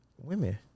Women